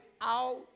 out